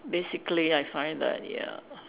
basically I find like ya